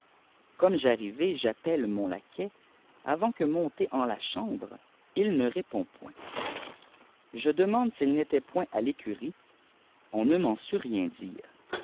igomme j'arrivai j'appelle mm laquais avant que môittêt en là chambre il né répbnd jpoint le demaiise is'il li'étaît point à l écurie on ne m'en sut rien dire